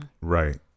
Right